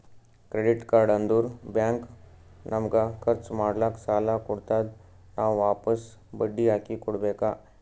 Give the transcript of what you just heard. credit card ಅಂದುರ್ bank ನಮಗ ಖರ್ಚ್ ಮಾಡ್ಲಾಕ್ ಸಾಲ ಕೊಡ್ತಾದ್, ನಾವ್ ವಾಪಸ್ ಬಡ್ಡಿ ಹಾಕಿ ಕೊಡ್ಬೇಕ